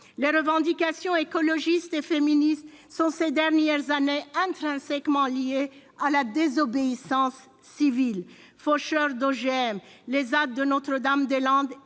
Les revendications écologistes et féministes sont ces dernières années intrinsèquement liées à la désobéissance civile : faucheurs d'OGM, les ZAD de Notre-Dame-des-Landes